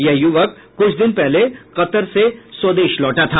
यह युवक कुछ दिन पहले कतर से स्वदेश लौटा था